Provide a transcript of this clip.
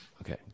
Okay